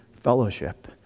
fellowship